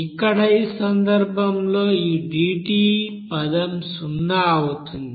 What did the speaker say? ఇక్కడ ఈ సందర్భంలో ఈ dT పదం సున్నా అవుతుంది